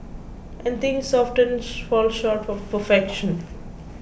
and things often fall short of perfection